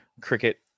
cricket